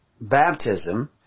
baptism